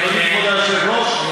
אדוני כבוד היושב-ראש,